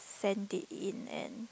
send it in and